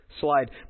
slide